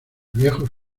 viejos